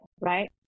right